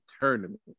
tournament